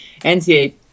NCAA